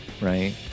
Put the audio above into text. right